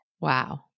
Wow